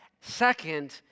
Second